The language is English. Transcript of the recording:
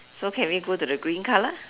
so can we go to the green colour